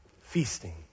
feasting